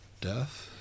Death